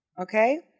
Okay